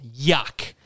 Yuck